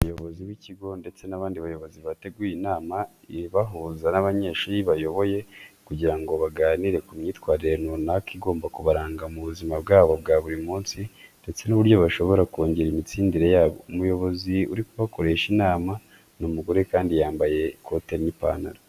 Umuyobozi w'ikigo ndetse n'abandi bayobozi bateguye inama ibahuza n'abanyeshuri bayoboye kugira ngo baganire ku myitwarire runaka igomba kubaranga mu buzima bwabo bwa buri munsi ndetse n'uburyo bashobora kongera imitsindire yabo. Umuyobozi uri kubakoresha inama ni umugore kandi yambaye ikote n'ipantaro.